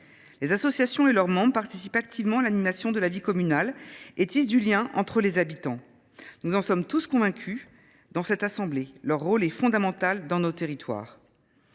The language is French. Les associations et leurs membres participent activement à l’animation de la vie communale et tissent du lien entre les habitants. Nous en sommes tous convaincus dans cette assemblée : leur rôle est fondamental dans nos territoires.